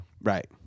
Right